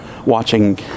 Watching